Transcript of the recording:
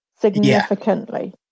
significantly